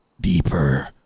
deeper